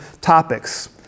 topics